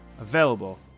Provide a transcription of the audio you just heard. available